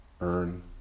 Earn